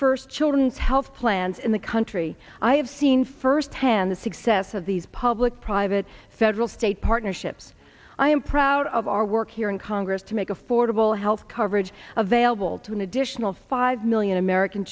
first children's health plans in the country i have seen first hand the success of these public private federal state partnerships i am proud of our work here in congress to make affordable health coverage available to an additional five million american